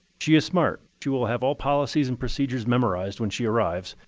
she is smart. she will have all policies and procedures memorized when she arrives,